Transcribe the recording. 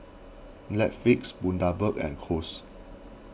Netflix Bundaberg and Kose